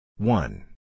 one